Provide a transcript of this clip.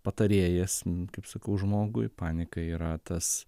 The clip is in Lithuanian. patarėjas kaip sakau žmogui panika yra tas